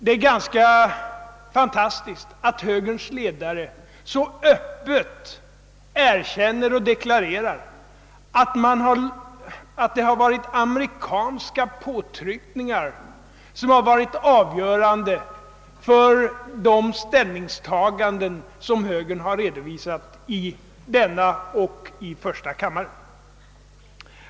Det är ganska fantastiskt att högerns ledare så öppet erkänner och deklarerar att det har varit amerikanska påtryckningar som har varit avgörande för det ställningstagande som högern har redovisat i denna kammare och i första kammaren.